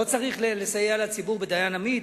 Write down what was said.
לא צריך לסייע לציבור בדיין עמית?